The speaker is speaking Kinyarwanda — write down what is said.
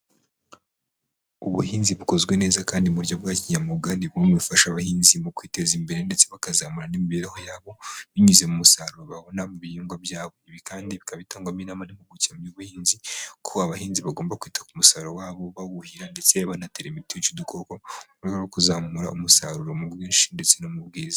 Ubuhinzi bukozwe neza kandi mu buryo bwa kinyamwuga, ni bumwe mu bufasha abahinzi mu kwiteza imbere, ndetse bakazamura n'imibereho yabo, binyuze mu musaruro babona mu bihingwa byabo, ibi kandi bikaba bitangwamo inama n'impuguke mu by'ubuhinzi, ko abahinzi bagomba kwita ku musaruro wabo, bawuhira ndetse banatera imiti yica udukoko, mu rwego rwo kuzamura umusaruro mu bwinshi, ndetse no mu bwiza.